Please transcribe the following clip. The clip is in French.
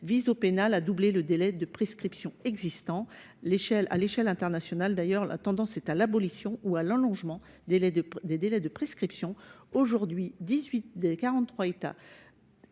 vise à doubler le délai de prescription existant au pénal. À l’échelle internationale, d’ailleurs, la tendance est à l’abolition ou à l’allongement des délais de prescription. Aujourd’hui, dix huit